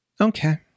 okay